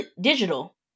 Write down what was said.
digital